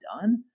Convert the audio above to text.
done